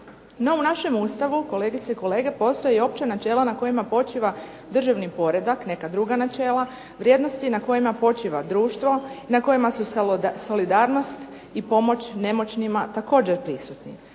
u našem Ustavu kolegice i kolege postoje i opća načela na kojima počiva državni poredak, neka druga načela vrijednosti na kojima počiva društvo i na kojima su solidarnost i pomoć nemoćnima također prisutni.